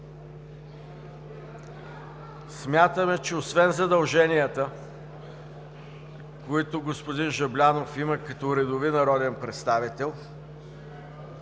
смятаме, че освен задълженията, които господин Жаблянов има като редови народен представител,